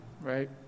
right